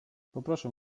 poproszę